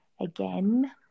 again